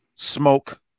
Smoke